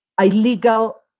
illegal